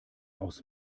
aus